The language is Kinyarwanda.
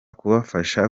kubafasha